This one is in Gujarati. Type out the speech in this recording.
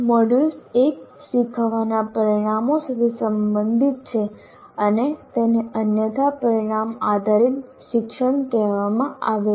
મોડ્યુલ1 શીખવાના પરિણામો સાથે સંબંધિત છે અને તેને અન્યથા પરિણામ આધારિત શિક્ષણ કહેવામાં આવે છે